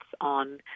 on